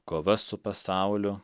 kova su pasauliu